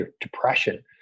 depression